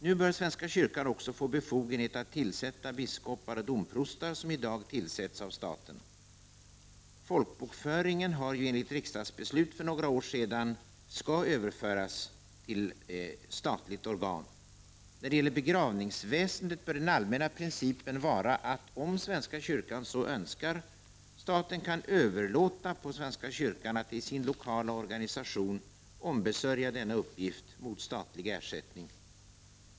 Nu bör svenska kyrkan också få befogenheter att tillsätta biskopar och domprostar, vilka i dag tillsätts av staten. Enligt ett riksdagsbeslut för några år sedan skall folkbokföringen föras över till statligt organ. När det gäller begravningsväsendet bör den allmänna principen vara att staten, om svenska kyrkan så önskar, kan överlåta på kyrkan att i sin lokala organisation ombesörja denna uppgift mot statlig ersättning.